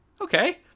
okay